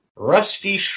Rusty